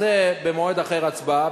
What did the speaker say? תעשה במועד אחר הצבעה,